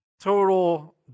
Total